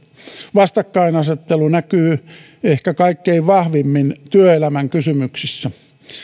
vastakkainasettelu näkyy ehkä kaikkein vahvimmin työelämän kysymyksissä